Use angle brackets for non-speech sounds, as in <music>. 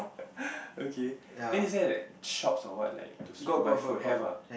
<laughs> okay then he send like shops or what like to to buy food have ah